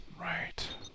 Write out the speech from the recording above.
Right